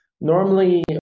Normally